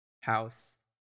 house